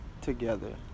together